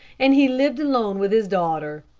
and he lived alone with his daughter.